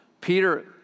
Peter